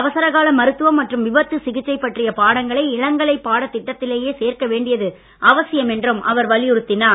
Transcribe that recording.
அவசர கால மருத்துவம் மற்றும் விபத்து சிகிச்சைப் பற்றிய பாடங்களை இளங்கலைப் பாடத் திட்டத்திலேயே சேர்க்க வேண்டியது அவசியம் என்றும் அவர் வலியுறுத்தினார்